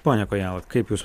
pone kojala kaip jūs